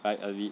like a bit